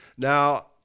Now